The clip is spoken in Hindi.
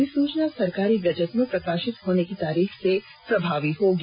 अधिसुचना सरकारी गजट में प्रकाशित होने की तारीख से प्रभावी होगी